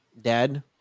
dad